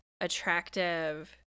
attractive